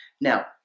Now